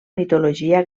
mitologia